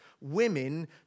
women